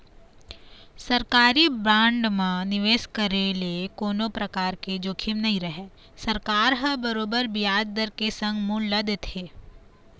सरकारी बांड म निवेस करे ले कोनो परकार के जोखिम नइ रहय सरकार ह बरोबर बियाज दर के संग मूल ल देथे